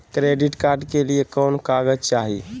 Credit card के लिए कौन कागज चाही?